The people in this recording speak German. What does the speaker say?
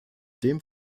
dem